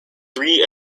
three